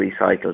recycled